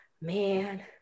man